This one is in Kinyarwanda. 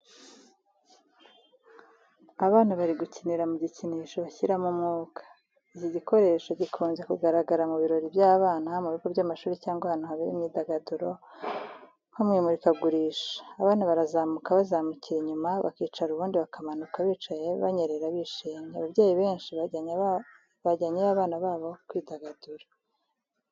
Abana bari gukinira mu gikinisho bashyiramo umwuka. Iki gikoresho gikunze kugaragara mu birori by’abana, mu bigo by’amashuri cyangwa ahantu habera imyidagaduro nko mu imurikagurisha. Abana barazamuka bazamukira inyuma bakicara ubundi bakamanuka bicaye banyerera bishimye. Ababyeyi benshi bajyanye yo abana babo kwidagadura.